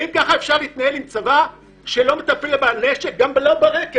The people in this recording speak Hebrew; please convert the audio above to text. האם ככה אפשר להתנהל עם צבא שלא מטפל בנשק וברק"מ?